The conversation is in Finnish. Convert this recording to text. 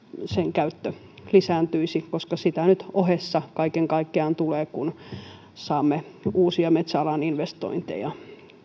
käyttö lisääntyisi koska sitä nyt ohessa kaiken kaikkiaan tulee kun saamme uusia metsäalan investointeja